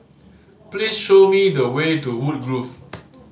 please show me the way to Woodgrove